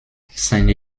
seine